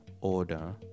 order